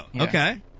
okay